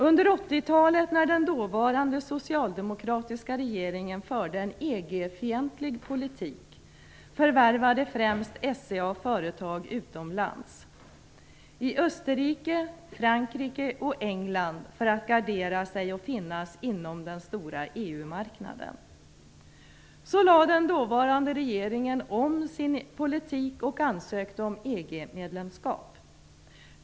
Under 80-talet, när den dåvarande socialdemokratiska regeringen förde en EG-fientlig politik, förvärvade främst SCA företag utomlands, i Österrike, Frankrike och England, för att gardera sig och finnas inom den stora EU-marknaden. Så lade den dåvarande regeringen om sin politik och ansökte om EG-medlemskap.